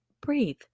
breathe